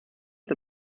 est